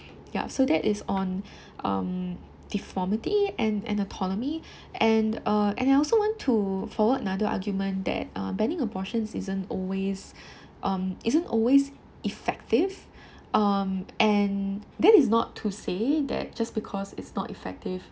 ya so that is on um deformity and and autonomy and uh and I also want to forward another argument that uh banning abortions isn't always um isn't always effective um and that is not to say that just because it's not effective